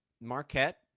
Marquette